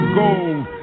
gold